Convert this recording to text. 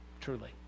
truly